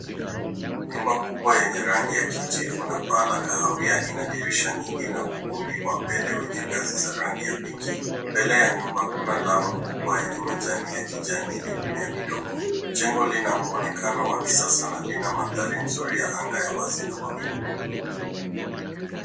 Nyumba kubwa yenye rangi ya kijivu na paa la kahawia ina dirisha nyingi na ukumbi wa mbele wenye ngazi za rangi ya pinki . Mbele ya nyumba kuna lawn kubwa yenye majani ya kijani yenye mimea midogo. Jengo lina muonekano wa kisasa na lina mandhari nzuri ya anga ya wazi na mawingu.